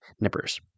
nippers